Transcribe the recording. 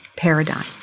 paradigm